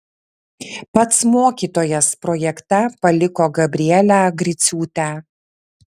pats mokytojas projekte paliko gabrielę griciūtę